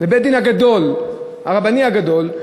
לבית הדין הרבני הגדול,